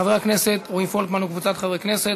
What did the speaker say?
של חבר הכנסת רועי פולקמן וקבוצת חברי כנסת.